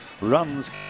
Runs